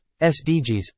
SDGs